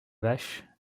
vache